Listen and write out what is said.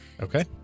Okay